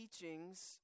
teachings